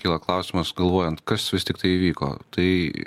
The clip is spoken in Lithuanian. kyla klausimas galvojant kas vis tiktai įvyko tai